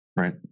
Right